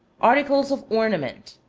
articles of ornament.